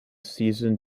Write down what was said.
seasoned